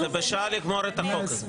זה לגמור את החוק הזה בשעה.